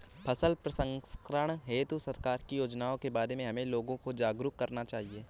फसल प्रसंस्करण हेतु सरकार की योजनाओं के बारे में हमें लोगों को जागरूक करना चाहिए